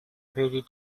very